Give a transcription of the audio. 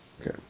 Okay